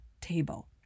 table